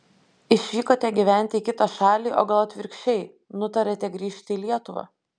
išvykote gyventi į kitą šalį o gal atvirkščiai nutarėte grįžti į lietuvą